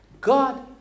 God